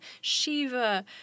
Shiva